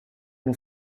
nur